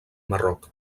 marroc